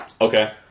Okay